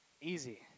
Easy